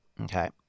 Okay